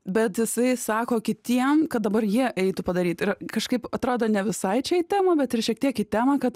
bet jisai sako kitiem kad dabar jie eitų padaryti ir kažkaip atrodo ne visai čia į temą bet ir šiek tiek į temą kad